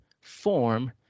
form